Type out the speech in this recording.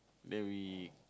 then we